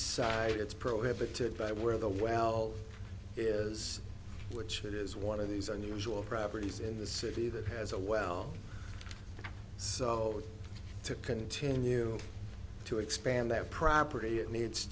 side it's prohibited by where the well is which it is one of these unusual properties in the city that has a well so to continue to expand that property it needs